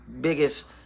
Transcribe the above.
biggest